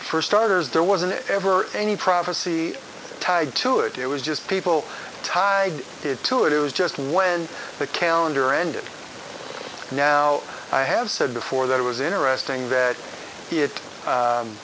for starters there was an ever any prophecy tied to it it was just people tied to it it was just when the calendar ended now i have said before that it was interesting that